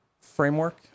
framework